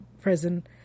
prison